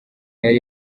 yari